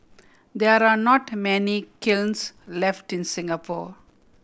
there are not many kilns left in Singapore